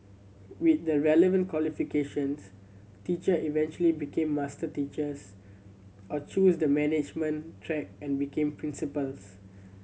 with the relevant qualifications teacher eventually become master teachers or choose the management track and become principals